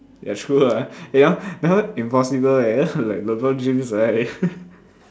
ya true lah eh that one that one impossible eh like Lebron James like that eh